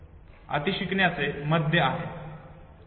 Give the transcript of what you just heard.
हे अतिशिकण्याचे मध्य आहे